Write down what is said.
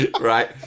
Right